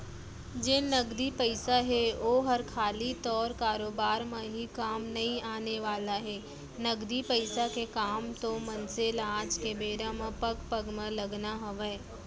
जेन नगदी पइसा हे ओहर खाली तोर कारोबार म ही काम नइ आने वाला हे, नगदी पइसा के काम तो मनसे ल आज के बेरा म पग पग म लगना हवय